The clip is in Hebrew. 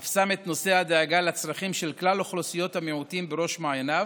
אף שם את נושא הדאגה לצרכים של כלל אוכלוסיית המיעוטים בראש מעייניו,